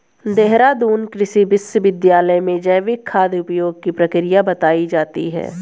देहरादून कृषि विश्वविद्यालय में जैविक खाद उपयोग की प्रक्रिया बताई जाती है